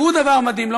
תראו דבר מדהים.